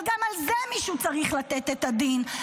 אבל גם על זה מישהו צריך לתת את הדין,